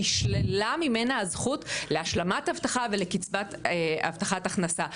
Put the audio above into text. נשללה ממנה הזכות להשלמת הכנסה ולקצבת הבטחת הכנסה,